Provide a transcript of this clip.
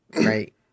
Right